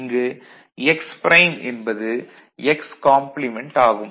இங்கு x prime என்பது x complement ஆகும்